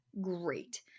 great